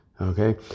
Okay